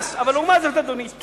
לכן, מפני שלא מגדלים, זה פטור.